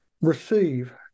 receive